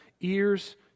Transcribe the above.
ears